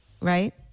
right